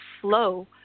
flow